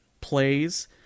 plays